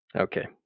Okay